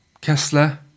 Kessler